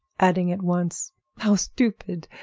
adding at once how stupid!